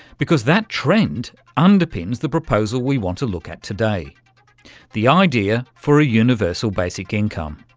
because that trend underpins the proposal we want to look at today the idea for a universal basic income.